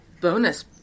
bonus